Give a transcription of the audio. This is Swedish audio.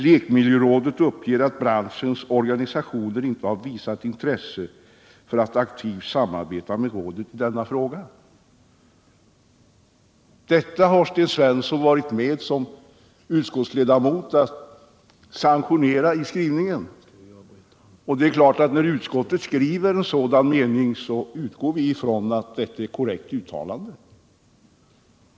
”Lekmiljörådet uppger att branschens organisationer inte har visat intresse för att aktivt samarbeta med rådet i denna fråga.” Sten Svensson har som utskottsledamot varit med om att sanktionera detta i skrivningen. Det är klart att när utskottet skriver en sådan mening, så utgår vi från att det är ett korrekt uttalande.